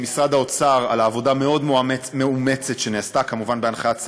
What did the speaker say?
וגם להגיד מילה לחברי חברי הכנסת שמולי ומיכאלי,